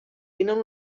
tenen